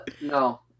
no